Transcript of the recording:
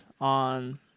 on